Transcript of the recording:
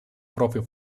propria